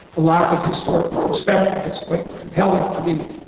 a lack of historical perspective that's quite compelling, i mean,